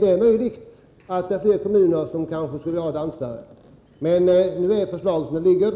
Det är möjligt att det är fler kommuner som skulle vilja utbilda dansare, men nu ser förslaget ut som det gör,